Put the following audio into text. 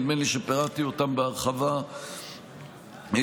נדמה לי שפירטתי אותם בהרחבה בעבר.